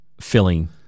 filling